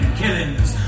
killings